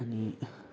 अनि